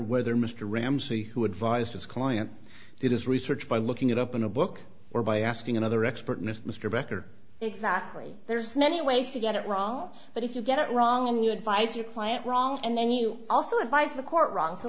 whether mr ramsey who advised his client did his research by looking it up in a book or by asking another expert in this mr becker exactly there's many ways to get it wrong but if you get it wrong and you advice your client wrong and then you also advise the court wrong so